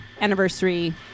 anniversary